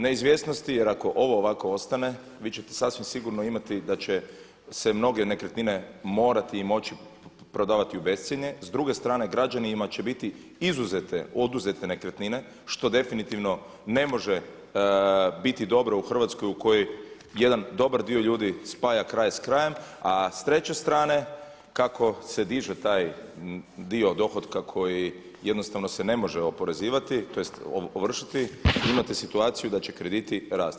Neizvjesnosti jer ako ovo ovako ostane vi ćete sasvim sigurno imati da će se mnoge nekretnine morati i moći prodavati u bescjenje, s druge strane građanima će biti izuzete oduzete nekretnine što definitivno ne može biti dobro u Hrvatskoj u kojoj jedan dobar dio ljudi spaja kraj s krajem a s treće strane kako se diže taj dio dohotka koji jednostavno se ne može oporezivati tj. ovršiti vi imate situaciju da će krediti rasti.